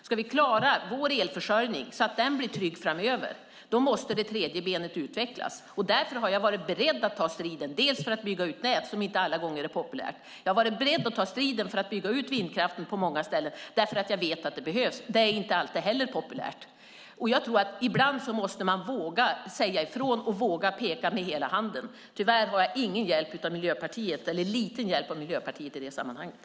Om vi ska klara vår elförsörjning så att den blir trygg framöver måste det tredje benet utvecklas. Därför har jag varit beredd att ta striden för att bygga ut nät, vilket alla gånger inte är populärt. Jag har också varit beredd att ta striden för att bygga ut vindkraften på många ställen, för jag vet att det behövs. Inte heller det är alltid populärt. Jag tror att man ibland måste våga säga ifrån och våga peka med hela handen. Tyvärr har jag ingen, eller bara liten, hjälp av Miljöpartiet i sammanhanget.